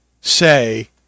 say